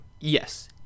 Yes